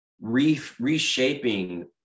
reshaping